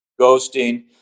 ghosting